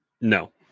no